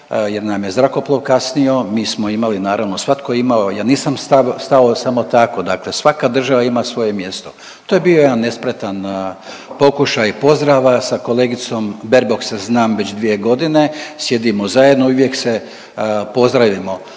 jer nam je zrakoplov kasnio, mi smo imali naravno svatko je imao ja nisam stao samo tako, dakle svaka država ima svoje mjesto. To je bio jedan nespretan pokušaj pozdrava sa kolegicom Baerbock se znam već 2 godine, sjedimo zajedno i uvijek se pozdravimo.